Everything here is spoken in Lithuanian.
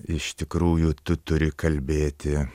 iš tikrųjų tu turi kalbėti